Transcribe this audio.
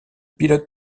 pilote